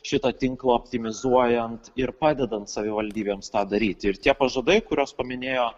šitą tinklą optimizuojant ir padedant savivaldybėms tą daryti ir tie pažadai kuriuos paminėjo